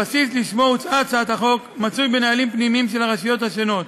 הבסיס שלשמו הוצעה הצעת החוק מצוי בנהלים פנימיים של הרשויות השונות.